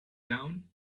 down